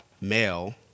male